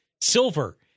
Silver